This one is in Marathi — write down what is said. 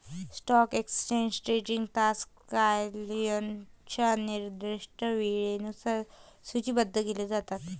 स्टॉक एक्सचेंज ट्रेडिंग तास क्लायंटच्या निर्दिष्ट वेळेनुसार सूचीबद्ध केले जातात